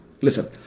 Listen